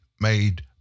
made